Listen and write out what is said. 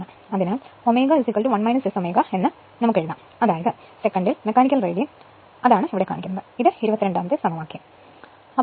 അതിനാൽ ω 1 S ω എന്ന് എഴുതാം അതായത് സെക്കൻഡിൽ മെക്കാനിക്കൽ റേഡിയൻ ഇത് സമവാക്യം 22 ആണ്